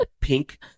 pink